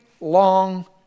long